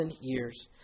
years